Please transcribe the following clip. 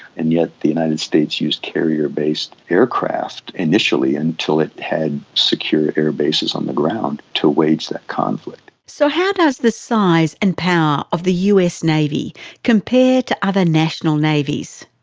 and yet the united states used carrier-based aircraft, aircraft, initially, until it had secure airbases on the ground to wage that conflict. so how does the size and power of the us navy compare to other national navies?